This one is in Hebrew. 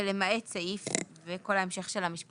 ולמעט סעיף"; נכון.